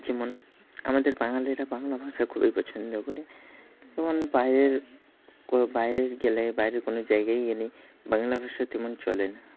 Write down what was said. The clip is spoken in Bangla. যেমন আমাদের বাঙালেরা বাংলা ভাষা খুবই পছন্দ করে যেমন বাইরের বাইরের গেলে বাইরের কোনো জায়গায় গেলে বাংলা ভাষা তেমন চলে না